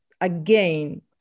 again